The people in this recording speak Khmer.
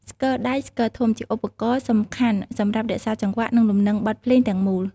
ស្គរដៃ ស្គរធំ ជាឧបករណ៍សំខាន់សម្រាប់រក្សាចង្វាក់ និងលំនឹងបទភ្លេងទាំងមូល។